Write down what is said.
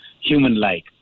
human-like